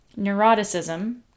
neuroticism